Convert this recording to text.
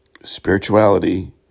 spirituality